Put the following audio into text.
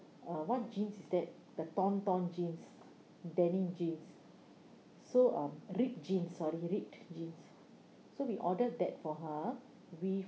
uh what jeans is that the torn torn jeans denim jeans so um ripped jeans sorry ripped jeans so we ordered that for her we